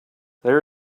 there